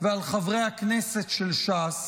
ועל חברי הכנסת של ש"ס